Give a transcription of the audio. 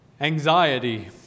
Anxiety